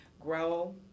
grow